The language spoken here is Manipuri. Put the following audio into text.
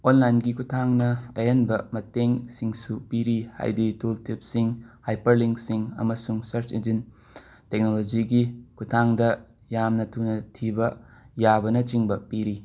ꯑꯣꯟꯂꯥꯏꯟꯒꯤ ꯈꯨꯊꯥꯡꯅ ꯑꯍꯦꯟꯕ ꯃꯇꯦꯡꯁꯤꯡꯁꯨ ꯄꯤꯔꯤ ꯍꯥꯏꯗꯤ ꯇꯨꯜꯇꯤꯞꯁꯤꯡ ꯍꯥꯏꯄꯔꯂꯤꯡꯁꯤꯡ ꯑꯃꯁꯨꯡ ꯁꯔꯆ ꯏꯟꯖꯤꯟ ꯇꯦꯛꯅꯣꯂꯣꯖꯤꯒꯤ ꯈꯨꯊꯥꯡꯗ ꯌꯥꯝꯅ ꯇꯨꯅ ꯊꯤꯕ ꯌꯥꯕꯅꯆꯤꯡꯕ ꯄꯤꯔꯤ